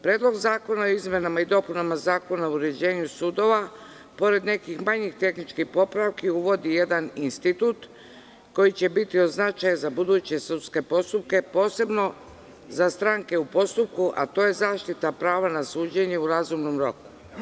Predlog zakona o izmenama i dopunama Zakona o uređenju sudova pored nekih manjih tehničkih popravki uvodi jedan institut koji će biti od značaja za buduće sudske postupke, posebno za stranke u postupku, a to je zaštita prava na suđenje u razumnom roku.